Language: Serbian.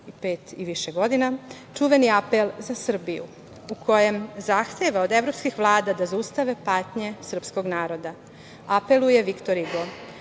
145 i više godina čuveni apel za Srbiju u kojem zahteva od evropskih vlada da zaustave patnje srpskog naroda. Apeluje Viktor Igo: